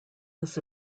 this